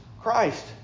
Christ